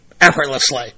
Effortlessly